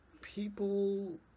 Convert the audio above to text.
People